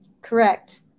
Correct